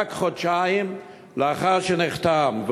רק חודשיים לאחר שנחתם,